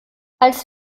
als